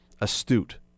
astute